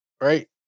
right